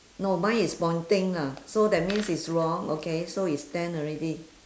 no mine is pointing lah so that means is wrong okay so is ten already